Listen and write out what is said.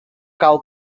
cal